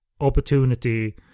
opportunity